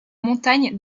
montagne